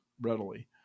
readily